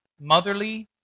motherly